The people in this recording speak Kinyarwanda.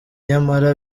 nyamara